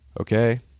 okay